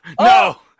No